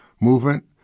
movement